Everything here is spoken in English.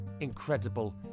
incredible